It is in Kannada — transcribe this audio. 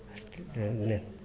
ಅಷ್ಟೇ ಸರ್ ಇನ್ನೇನ್